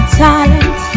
talent